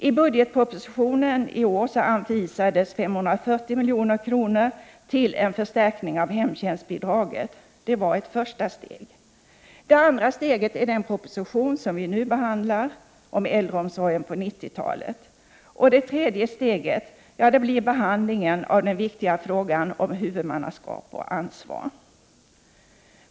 I budgetpropositionen i år anvisades 540 milj.kr. till en förstärkning av hemtjänstbidraget. Det var det första steget. Det andra steget är den proposition vi nu behandlar, Äldreomsorgen inför 90-talet. Det tredje steget blir behandlingen av den viktiga frågan om huvudmannaskap och ansvar.